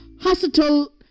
hospital